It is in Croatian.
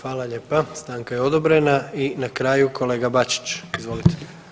Hvala lijepa, stanka je odobrena i na kraju kolega Bačić, izvolite.